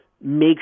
make